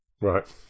Right